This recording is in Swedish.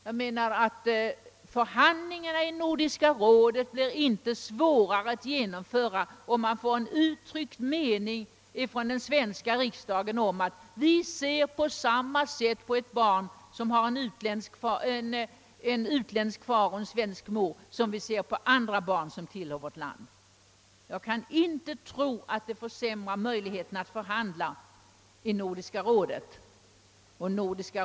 Jag menar att förhandlingarna i Nordiska rådet inte blir svårare att genomföra om den svenska riksdagen till rådet ger uttryck för den meningen, att vi betraktar ett barn med utländsk far och svensk mor på samma sätt som vi ser på andra barn tillhörande vårt land. Jag kan inte tro att detta skulle försämra möjligheterna att förhandla i Nordiska rådet.